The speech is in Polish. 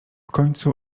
końcu